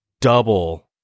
double